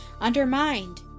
undermined